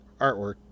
artwork